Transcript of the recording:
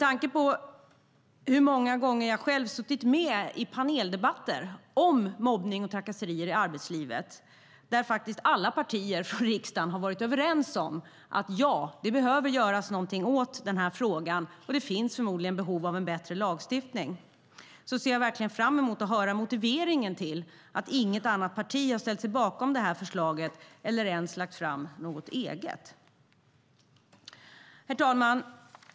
Jag har många gånger suttit med i paneldebatter om mobbning och trakasserier i arbetslivet där alla riksdagspartier varit överens om att något behöver göras i frågan och att det förmodligen finns behov av en bättre lagstiftning. Jag ser därför fram emot att höra motiveringen till att inget annat parti har ställt sig bakom vårt förslag eller ens lagt fram något eget. Herr talman!